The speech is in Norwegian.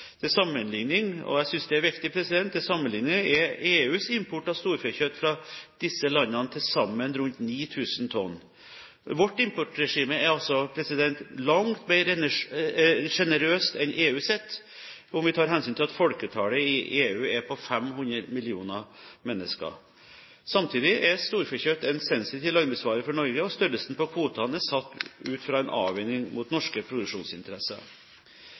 Til sammenligning – og jeg synes det er viktig – er EUs import av storfekjøtt fra disse landene til sammen rundt 9 000 tonn. Vårt importregime er altså langt mer generøst enn EUs om vi tar hensyn til at folketallet i EU er på 500 millioner mennesker. Samtidig er storfekjøtt en sensitiv landbruksvare for Norge, og størrelsen på kvotene er satt ut fra en avveiing mot norske produksjonsinteresser.